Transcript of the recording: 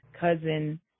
cousin